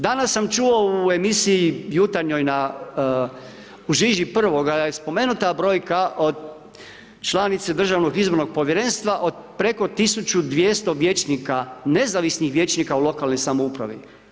Danas sam čuo u emisiji jutarnjoj na, u žiži prvoga je spomenuta brojka od članice Državnog izbornog povjerenstva, od preko 1200 vijećnika, nezavisnih vijećnika u lokalnoj samoupravi.